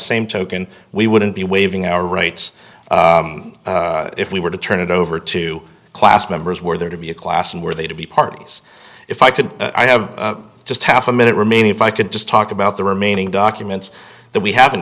same token we wouldn't be waiving our rights if we were to turn it over to class members were there to be a class and were they to be parties if i could i have just half a minute remaining if i could just talk about the remaining documents that we have